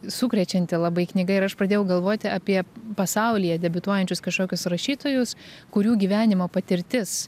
sukrečianti labai knyga ir aš pradėjau galvoti apie pasaulyje debiutuojančius kašokius rašytojus kurių gyvenimo patirtis